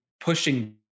pushing